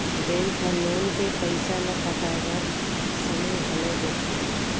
bank ह loan के पइसा ल पटाए बर समे घलो देथे